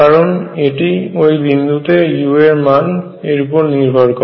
কারণ এটি ওইবিন্দুতে u এর মনের উপর নির্ভর করে